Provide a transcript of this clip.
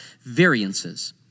variances